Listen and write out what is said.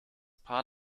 paar